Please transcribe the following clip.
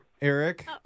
Eric